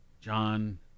John